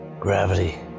gravity